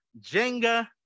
Jenga